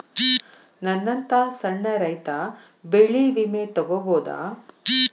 ನನ್ನಂತಾ ಸಣ್ಣ ರೈತ ಬೆಳಿ ವಿಮೆ ತೊಗೊಬೋದ?